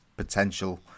potential